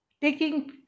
taking